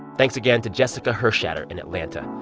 thanks again to jessica hershatter in atlanta.